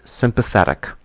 sympathetic